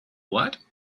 what